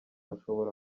ashobora